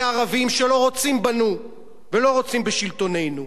ערבים שלא רוצים בנו ולא רוצים בשלטוננו.